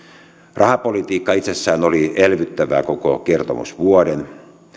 rahapolitiikka itsessään oli elvyttävää koko kertomusvuoden